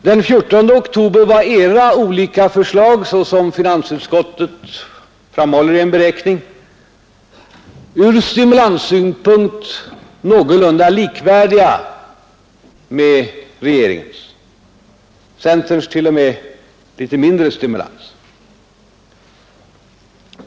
Den 14 oktober var era olika förslag såsom finansutskottet framhåller i en beräkning ur stimulanssynpunkt någorlunda likvärdiga med regeringens; centerns innehöll t.o.m. litet mindre stimulans.